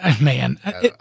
man